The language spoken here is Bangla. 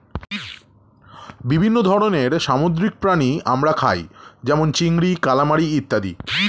বিভিন্ন ধরনের সামুদ্রিক প্রাণী আমরা খাই যেমন চিংড়ি, কালামারী ইত্যাদি